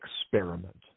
experiment